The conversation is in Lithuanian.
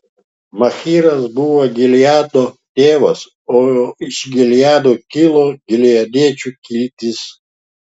machyras buvo gileado tėvas o iš gileado kilo gileadiečių kiltys